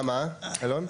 מה, מה, אלון?